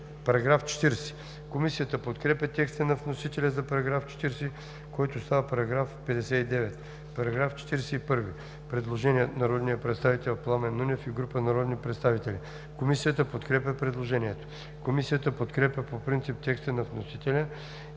чл. 192“.“ Комисията подкрепя текста на вносителя за § 40, който става § 59. По § 41 има направено предложение от народния представител Пламен Нунев и група народни представители. Комисията подкрепя предложението. Комисията подкрепя по принцип текста на вносителя